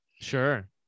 Sure